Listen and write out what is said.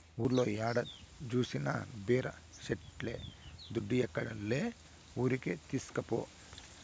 ఊర్లో ఏడ జూసినా బీర సెట్లే దుడ్డియ్యక్కర్లే ఊరికే తీస్కపో